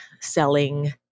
selling